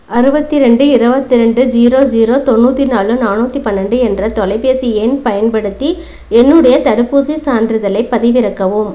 அறுபத்தி ரெண்டு இருபத்தி ரெண்டு ஜீரோ ஜீரோ தொண்ணூற்றி நாலு நானூற்றி பன்னெண்டு என்ற தொலைபேசி எண் பயன்படுத்தி என்னுடைய தடுப்பூசிச் சான்றிதழைப் பதிவிறக்கவும்